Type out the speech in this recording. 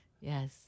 Yes